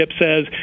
says